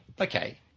Okay